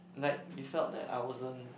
like you felt that I wasn't